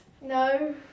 No